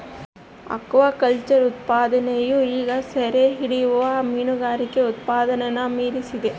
aquaculture ಉತ್ಪಾದನೆಯು ಈಗ ಸೆರೆಹಿಡಿಯುವ ಮೀನುಗಾರಿಕೆ ಉತ್ಪಾದನೆನ ಮೀರಿದೆ